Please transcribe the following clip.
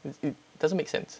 it doesn't make sense